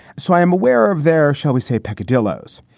so i am aware of their, shall we say, peccadilloes.